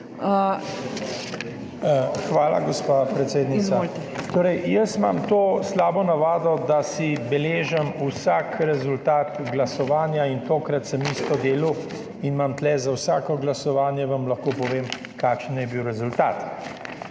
Hvala, gospa predsednica. Imam to slabo navado, da si beležim vsak rezultat glasovanja, in tokrat sem isto delal in imam tu, za vsako glasovanje vam lahko povem, kakšen je bil rezultat.